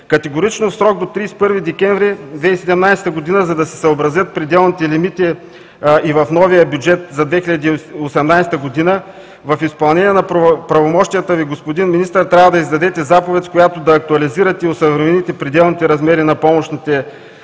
Категорично в срок до 31 декември 2017 г., за да се съобразят пределните лимити и в новия бюджет за 2018 г. в изпълнение на правомощията Ви, господин Министър, трябва да издадете заповед, с която да актуализирате и осъвремените пределните размери на помощите за